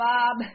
Bob